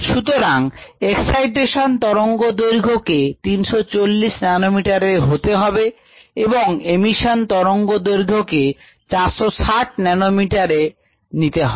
সুতরাং এক্সাইটেশন তরঙ্গ দৈর্ঘ্য কে 340 ন্যানোমিটারের হতে হবে এবং এমিশন তরঙ্গদৈর্ঘ্য কে 460 ন্যানোমিটার নিতে হবে